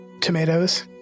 Tomatoes